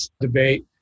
debate